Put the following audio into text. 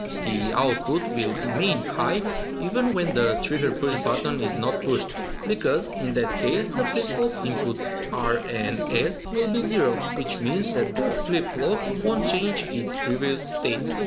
the output will remain high even when the trigger push-button is not pushed because in that case the flip-flop inputs r and s will be zero which means that the flip-flop won't change its previous state.